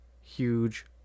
huge